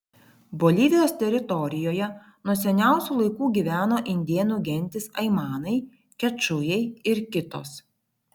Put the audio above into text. bolivijos teritorijoje nuo seniausių laikų gyveno indėnų gentys aimanai kečujai ir kitos